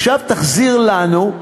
עכשיו תחזיר לנו.